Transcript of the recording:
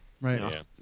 Right